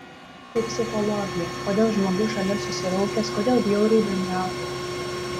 tai psichologija kodėl žmogus šalia susiraukęs kodėl bjauriai bendrauja